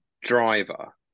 driver